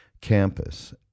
campus